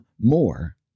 more